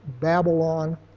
Babylon